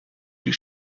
die